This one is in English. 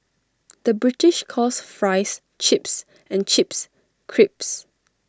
the British calls Fries Chips and Chips Crisps